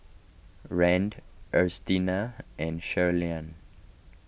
Rand Ernestina and Shirleyann